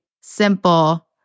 simple